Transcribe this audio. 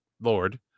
Lord